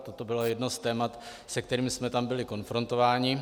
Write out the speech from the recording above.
A toto bylo jedno z témat, se kterým jsme tam byli konfrontováni.